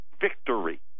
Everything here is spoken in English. victory